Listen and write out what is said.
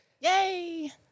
Yay